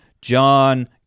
John